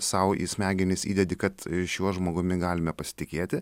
sau į smegenis įdedi kad šiuo žmogumi galime pasitikėti